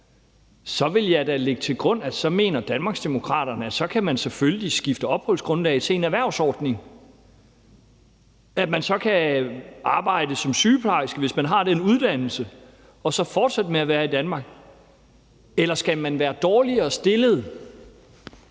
vil jeg da lægge til grund, at så mener Danmarksdemokraterne, at man selvfølgelig kan skifte opholdsgrundlag til en erhvervsordning – så man kan arbejde som sygeplejerske, hvis man har den uddannelse, og så fortsætte med at være i Danmark. Eller skal man være dårligere stillet,